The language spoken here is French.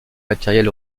matériel